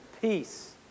Peace